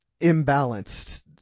imbalanced